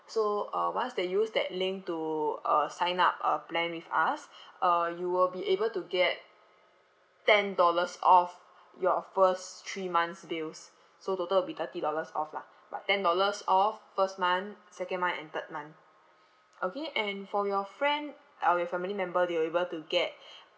so uh once they use that link to uh sign up a plan with us uh you will be able to get ten dollars off your first three months bills so total will be thirty dollars off lah but ten dollars off first month second month and third month okay and for your friend or your family member they will able to get